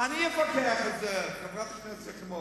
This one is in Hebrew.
אני אפקח על זה, חברת הכנסת יחימוביץ.